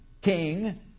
king